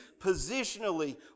Positionally